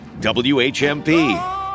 WHMP